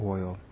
Oil